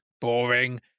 Boring